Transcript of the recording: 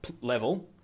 level